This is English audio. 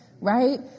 right